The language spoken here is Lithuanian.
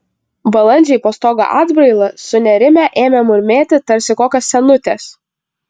balandžiai po stogo atbraila sunerimę ėmė murmėti tarsi kokios senutės